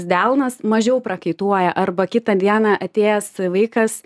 delnas mažiau prakaituoja arba kitą dieną atėjęs vaikas